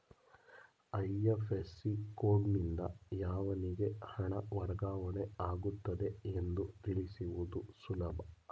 IFSC ಕೋಡ್ನಿಂದ ಯಾವನಿಗೆ ಹಣ ವರ್ಗಾವಣೆ ಆಗುತ್ತಿದೆ ಎಂದು ತಿಳಿಸುವುದು ಸುಲಭ